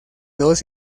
dos